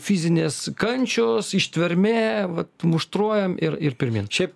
fizinės kančios ištvermė vat muštruojam ir ir pirmyn šiaip